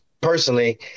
personally